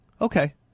Okay